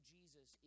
Jesus